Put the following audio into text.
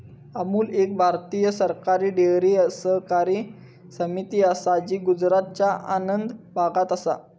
अमूल एक भारतीय सरकारी डेअरी सहकारी समिती असा जी गुजरातच्या आणंद भागात असा